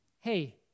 hey